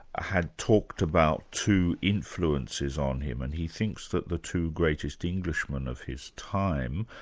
had talked about two influences on him, and he thinks that the two greatest englishmen of his time,